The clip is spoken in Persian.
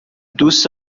دوست